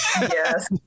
Yes